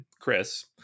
Chris